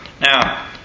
Now